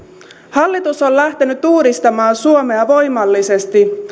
hallitus on lähtenyt uudistamaan suomea voimallisesti